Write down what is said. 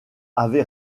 avait